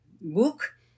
book